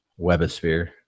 webosphere